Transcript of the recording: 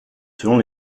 selon